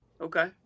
Okay